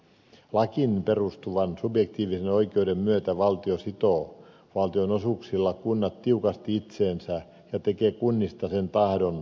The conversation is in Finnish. lakiin perustuvan subjektiivisen oikeuden myötä valtio sitoo valtionosuuksilla kunnat tiukasti itseensä ja tekee kunnista tahtonsa toimeenpanijoita